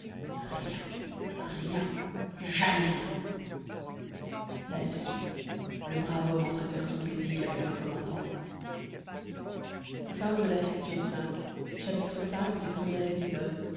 rien rien jamais rien là-dessus le brave homme entrait faire son bésigue avec le commandant